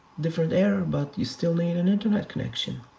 different error, but you still need an internet connection.